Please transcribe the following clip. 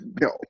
No